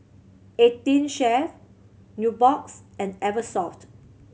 Eighteen Chef Nubox and Eversoft